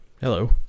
Hello